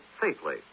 safely